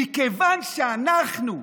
מכיוון שאנחנו,